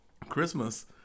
Christmas